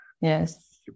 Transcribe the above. Yes